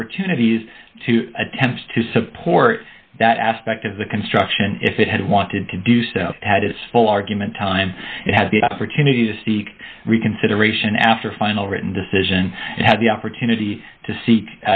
opportunities to attempts to support that aspect of the construction if it had wanted to do so had its full argument time and had the opportunity to seek reconsideration after final written decision and had the opportunity to seek